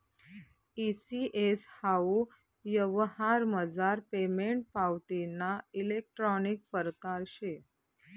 E CS हाऊ यवहारमझार payment पावतीना इलेक्ट्रानिक परकार शे